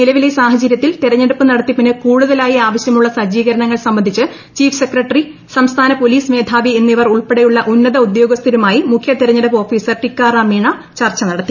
നിലവിലെ നടത്തിപ്പിന് കൂടുതല്പൂയി ആവശ്യമുള്ള സജ്ജീകരണങ്ങൾ സംബന്ധിച്ച് ചീഫ് ഐക്ടടറി സംസ്ഥാന പോലീസ് മേധാവി എന്നിവർ ഉൾപ്പെടെയുള്ള ഉന്നത ഉദ്യോഗസ്ഥരുമായി മുഖ്യ തെരഞ്ഞെടുപ്പ് ഓഫീസർ ടീക്കാറാം മീണ ചർച്ച നടത്തി